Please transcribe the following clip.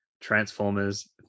Transformers